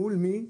מול מי?